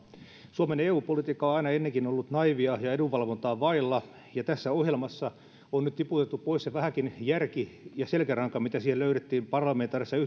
suomen eu politiikka on aina ennenkin ollut naiivia ja edunvalvontaa vailla ja tässä ohjelmassa on nyt tiputettu pois se vähäkin järki ja selkäranka mitä siihen löydettiin parlamentaarisessa